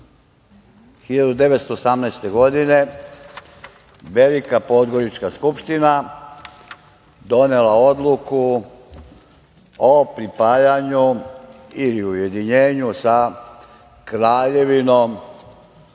1918. godine Velika Podgorička skupština donela odluku o pripajanju ili ujedinjenju sa Kraljevinom